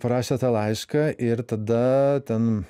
parašė tą laišką ir tada ten